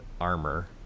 armor